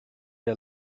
der